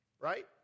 right